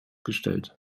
gestellt